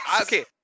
Okay